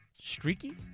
streaky